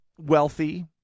wealthy